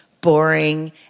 boring